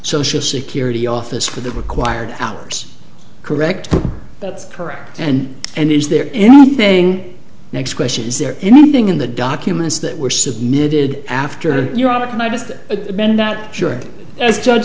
social security office for the required hours correct that's correct and and is there anything next question is there anything in the documents that were submitted after you